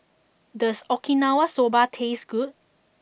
does Okinawa Soba taste good